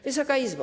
Wysoka Izbo!